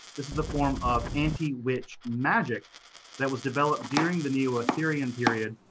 this is a form of anti-witch magic that was developed during the neo-assyrian period,